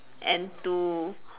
and to